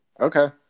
okay